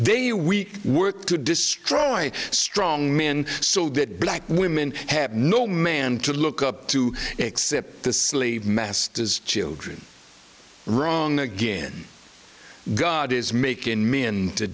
they weak work to destroy strong men so that black women have no man to look up to except the slave masters children wrong again god is making me and t